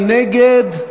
נגד?